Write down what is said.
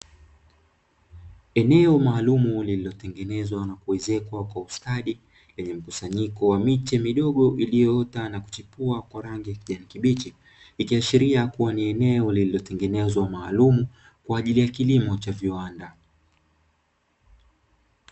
Eneo maalum lililotengenezwa na kuezekwa kwa ustadi lenye mkusanyiko wa miche midogo iliyoota na kuchipua kwa rangi ya kijani kibichi. ikiashiria kuwa ni eneo lililotengenezwa maalumu kwa ajili ya kilimo cha viwanda.